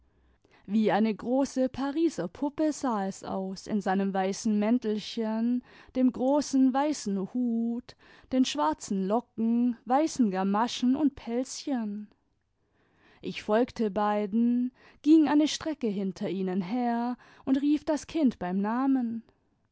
wie eine große pariser puppe sah es aus in seinem weißen mäntelchen dem großen weißen hut den schwarzen locken weißen gamaschen und pelzchen ich folgte beiden ging eine strecke hinter ihnen her und rief das kind beim namen